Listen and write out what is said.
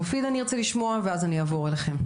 מופיד מרעי אני ארצה לשמוע ואז אני אעבור אליכם.